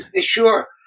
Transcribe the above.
Sure